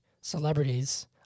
celebrities